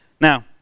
Now